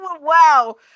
Wow